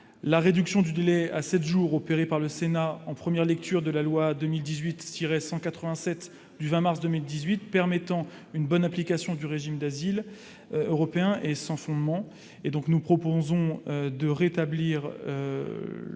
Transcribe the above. La réduction de ce délai à sept jours, opérée par le Sénat en première lecture de la loi n° 2018-187 du 20 mars 2018 permettant une bonne application du régime d'asile européen, est sans fondement. La parole est